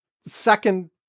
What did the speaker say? second